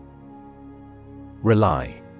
Rely